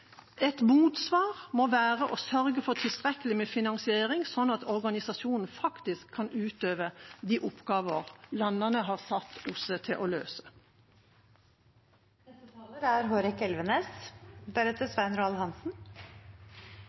Et motsvar må være å sørge for tilstrekkelig med finansiering, slik at organisasjonen faktisk kan utøve de oppgaver landene har satt OSSE til å løse.